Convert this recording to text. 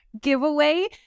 giveaway